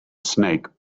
snake